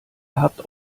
habt